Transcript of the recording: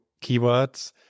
keywords